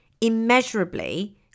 immeasurably